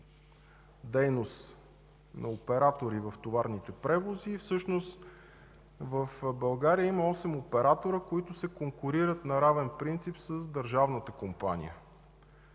дейност на оператори в товарните превози и всъщност в България има осем оператори, които се конкурират на равен принцип с държавната компания.